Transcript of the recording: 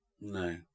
No